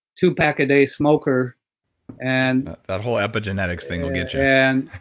two-pack-a-day smoker and that whole epigenetics thing will get yeah and